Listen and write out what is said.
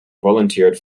volunteered